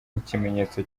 ikimenyetso